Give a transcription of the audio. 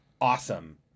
awesome